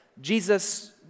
Jesus